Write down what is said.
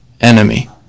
enemy